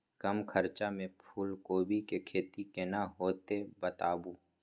कम खर्चा में फूलकोबी के खेती केना होते बताबू?